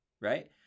right